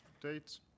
dates